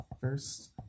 first